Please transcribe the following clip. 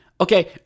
Okay